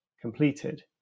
completed